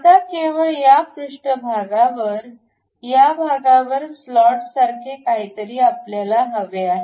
आता केवळ या पृष्ठभागावर या भागावर स्लॉटसारखे काहीतरी आपल्याला हवे आहे